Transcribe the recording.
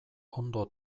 ondo